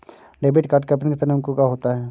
Debit card का PIN कितने अंकों का होता है?